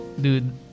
dude